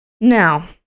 Now